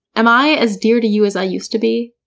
am i as dear to you as i used to be?